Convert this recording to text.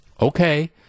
Okay